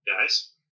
guys